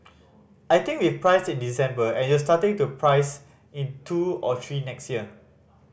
I think we've priced in December and you're starting to price in two or three next year